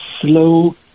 slow